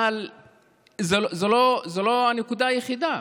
אבל זו לא הנקודה היחידה.